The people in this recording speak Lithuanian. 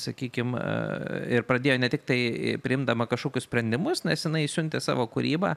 sakykim ir pradėjo ne tiktai priimdama kažkokius sprendimus nes jinai siuntė savo kūrybą